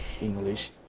English